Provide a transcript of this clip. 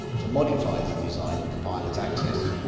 to modify the design of the pilot access.